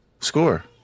score